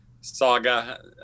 saga